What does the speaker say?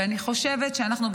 ואני חושבת שאנחנו,